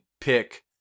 pick